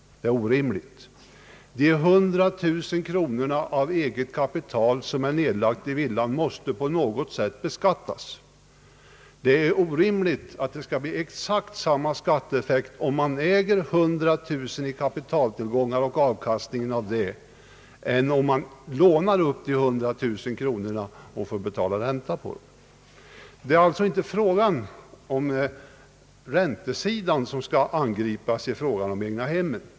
Det är orimligt. De 100000 kronor eget kapital som är nedlagda i villan måste på något sätt beskattas. Det vore ju orimligt med exakt samma skattetäkt om man äger 100000 kronor i kapi taltillgång och får avkastningen, eller om man lånar upp 100 000 kronor och får betala ränta. Det är inte räntesidan som skalt angripas i fråga om egnahem.